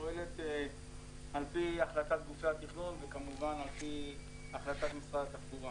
פועלת על פי החלטת גופי התכנון וכמובן על פי החלטת משרד התחבורה.